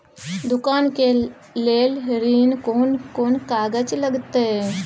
दुकान के लेल ऋण कोन कौन कागज लगतै?